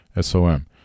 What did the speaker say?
SOM